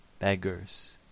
beggars